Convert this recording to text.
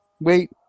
Wait